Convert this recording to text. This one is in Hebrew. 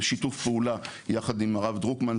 בשיתוף פעולה יחד עם הרב דרוקמן,